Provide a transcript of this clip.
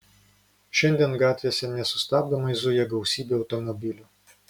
šiandien gatvėse nesustabdomai zuja gausybė automobilių